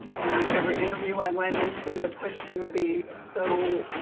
and every interview i went into, the question would be, so,